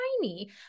tiny